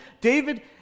David